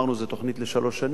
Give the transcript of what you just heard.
זו תוכנית לשלוש שנים,